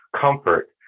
comfort